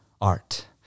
art